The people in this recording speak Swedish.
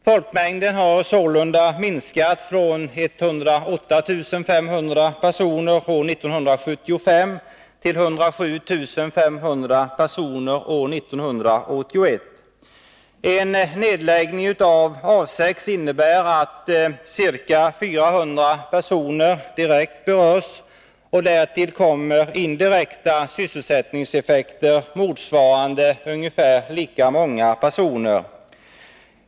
Folkmängden har sålunda minskat från 108 500 år 1975 till 107 500 personer år 1981. En nedläggning av A 6 innebär att ca 400 personer direkt berörs, och därtill kommer indirekta sysselsättningseffekter motsvarande ungefär lika många personer.